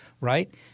right